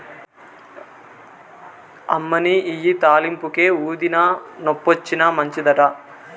అమ్మనీ ఇయ్యి తాలింపుకే, ఊదినా, నొప్పొచ్చినా మంచిదట